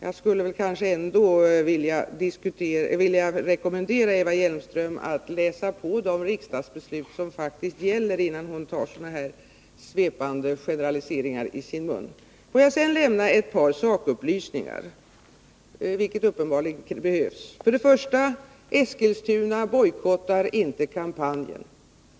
Jag skulle väl kanske ändå vilja rekommendera Eva Hjelmström att läsa på de riksdagsbeslut som faktiskt gäller innan hon tar sådana här svepande generaliseringar i sin mun. Jag vill sedan lämna ett par sakupplysningar, vilket uppenbarligen behövs. För det första vill jag säga att Eskilstuna inte bojkottat kampanjen.